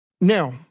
Now